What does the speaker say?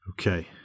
Okay